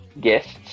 guests